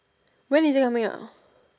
really when coming out